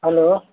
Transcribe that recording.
hello